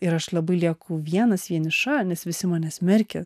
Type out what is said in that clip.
ir aš labai lieku vienas vieniša nes visi mane smerkia